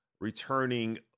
returning